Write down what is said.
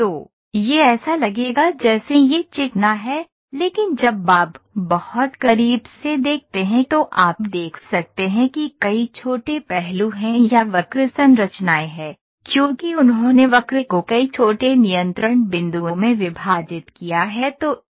तो यह ऐसा लगेगा जैसे यह चिकना है लेकिन जब आप बहुत करीब से देखते हैं तो आप देख सकते हैं कि कई छोटे पहलू हैं या वक्र संरचनाएं हैं क्योंकि उन्होंने वक्र को कई छोटे नियंत्रण बिंदुओं में विभाजित किया है